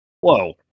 Whoa